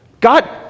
God